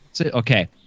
Okay